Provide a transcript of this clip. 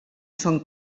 són